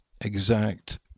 exact